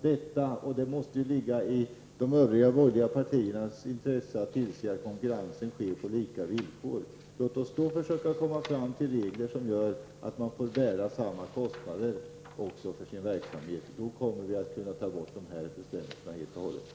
Det måste ligga även i de andra borgerliga partiernas intresse att se till att konkurrensen sker på lika villkor. Låt oss därför försöka komma fram till regler som innebär att alla får bäa samma kostnader för sin verksamhet. Då kan vi helt och hållet ta bort dessa bestämmelser.